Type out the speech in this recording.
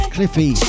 Cliffy